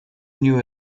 new